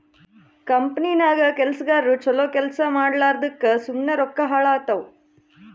ಕಂಪನಿನಾಗ್ ಕೆಲ್ಸಗಾರು ಛಲೋ ಕೆಲ್ಸಾ ಮಾಡ್ಲಾರ್ದುಕ್ ಸುಮ್ಮೆ ರೊಕ್ಕಾ ಹಾಳಾತ್ತುವ್